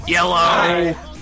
Yellow